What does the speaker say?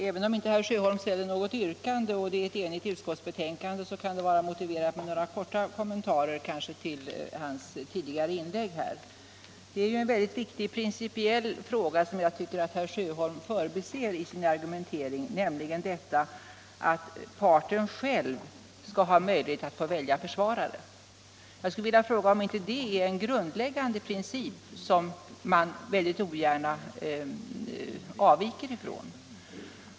Fru talman! Även om herr Sjöholm inte ställde något yrkande och även om det är ett enigt utskott som står bakom betänkandet kan det vara motiverat med några korta kommentarer till hans inlägg. Jag tycker att herr Sjäholm i sin argumentering förbiser en mycket viktig principiell fråga, nämligen att parten själv skall ha möjlighet att välja försvarare. Jag skulle vilja fråga om inte det är en grundläggande princip som man ogärna avviker ifrån.